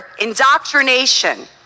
indoctrination